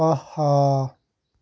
آہا